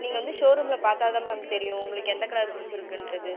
நீங்கள் வந்து ஷோரூம்ல பார்த்தாதான் மேம் தெரியும் உங்களுக்கு எந்த கலர் பிடுச்சிருக்குன்றது